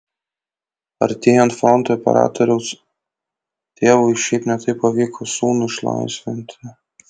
artėjant frontui operatoriaus tėvui šiaip ne taip pavyko sūnų išlaisvinti